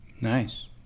Nice